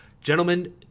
Gentlemen